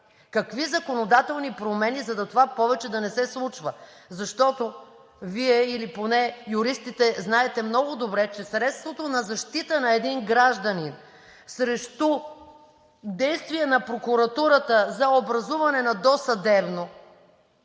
какви законодателни промени за това повече да не се случва. Защото Вие или поне юристите знаете много добре, че средството на защита на един гражданин срещу действия на прокуратурата за образуване на досъдебно